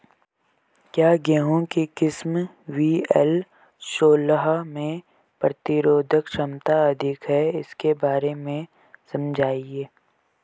क्या गेहूँ की किस्म वी.एल सोलह में प्रतिरोधक क्षमता अधिक है इसके बारे में समझाइये?